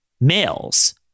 males